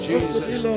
Jesus